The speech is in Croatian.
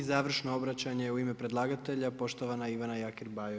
I završno obraćanje u ime predlagatelja, poštovana Ivana Jakir-Bajo.